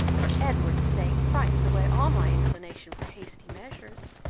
for edward's sake, frightens away all my inclination for hasty measures.